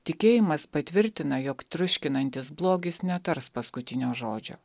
tikėjimas patvirtina jog triuškinantis blogis netars paskutinio žodžio